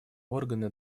органы